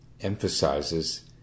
emphasizes